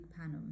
Panum